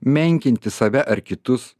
menkinti save ar kitus